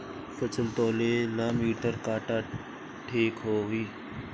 फसल तौले ला मिटर काटा ठिक होही?